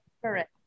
Correct